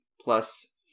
plus